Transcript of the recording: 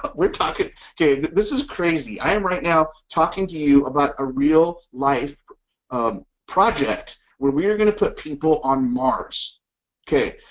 but we're talking okay this is crazy i am right now talking to you about a real life a project where we are going to put people on mars okay